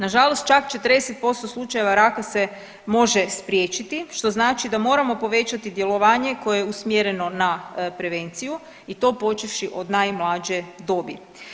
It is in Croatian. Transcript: Nažalost, čak 40% slučajeva raka se može spriječiti što znači da moramo povećati djelovanje koje je usmjereno na prevenciju i to počevši od najmlađe dobi.